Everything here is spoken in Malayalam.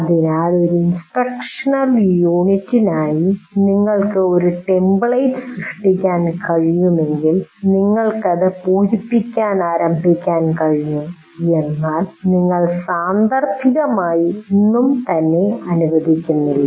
അതിനാൽ ഒരു ഇൻസ്ട്രക്ഷണൽ യൂണിറ്റിനായി നിങ്ങൾക്ക് ഒരു ടെംപ്ലേറ്റ് സൃഷ്ടിക്കാൻ കഴിയുമെങ്കിൽ നിങ്ങൾക്കത് പൂരിപ്പിക്കാൻ ആരംഭിക്കാൻ കഴിയും അതിനാൽ നിങ്ങൾ സാന്ദർഭികമായി ഒന്നും തന്നെ അനുവദിക്കുന്നില്ല